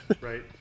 Right